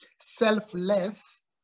selfless